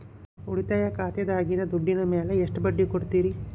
ಉಳಿತಾಯ ಖಾತೆದಾಗಿನ ದುಡ್ಡಿನ ಮ್ಯಾಲೆ ಎಷ್ಟ ಬಡ್ಡಿ ಕೊಡ್ತಿರಿ?